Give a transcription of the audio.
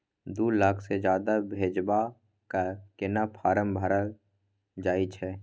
दू लाख से ज्यादा भेजबाक केना फारम भरल जाए छै?